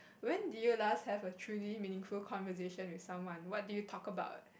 when did you last have a truly meaningful conversation with someone what did you talk about